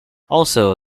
also